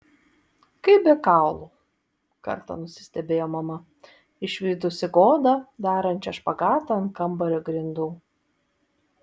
kaip be kaulų kartą nusistebėjo mama išvydusi godą darančią špagatą ant kambario grindų